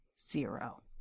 zero